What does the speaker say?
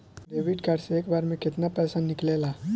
Debit card से एक बार मे केतना पैसा निकले ला?